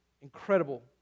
incredible